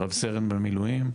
רב סרן במילואים.